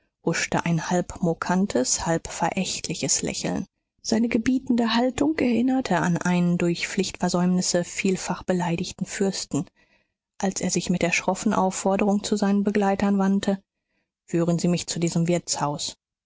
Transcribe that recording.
huschte ein halb mokantes halb verächtliches lächeln seine gebietende haltung erinnerte an einen durch pflichtversäumnisse vielfach beleidigten fürsten als er sich mit der schroffen aufforderung zu seinen begleitern wandte führen sie mich zu diesem wirtshaus